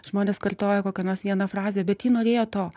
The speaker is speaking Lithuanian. žmonės kartoja kokią nors vieną frazę bet ji norėjo to